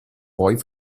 poi